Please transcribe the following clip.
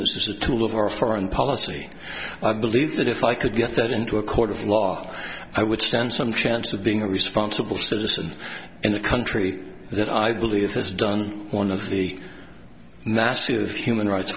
this as a tool of our foreign policy i believe that if i could get that into a court of law i would stand some chance of being a responsible citizen in a country that i believe has done one of the massive human rights